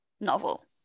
novel